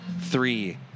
three